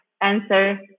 answer